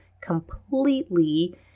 completely